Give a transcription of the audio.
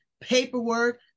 paperwork